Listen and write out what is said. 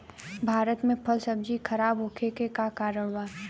भारत में फल सब्जी खराब होखे के का कारण बा?